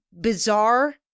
bizarre